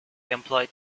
employed